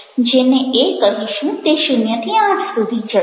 જેને A કહીશું તે 0 8 સુધી જશે